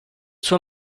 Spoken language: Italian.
suo